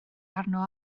arno